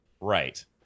Right